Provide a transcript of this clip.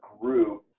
group